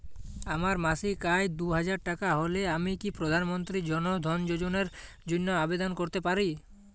আমার মাসিক আয় দুহাজার টাকা হলে আমি কি প্রধান মন্ত্রী জন ধন যোজনার জন্য আবেদন করতে পারি?